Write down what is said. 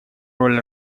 роль